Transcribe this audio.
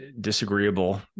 disagreeable